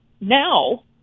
Now